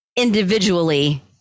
individually